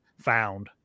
found